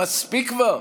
מספיק כבר.